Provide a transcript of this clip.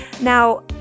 Now